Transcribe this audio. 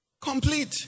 complete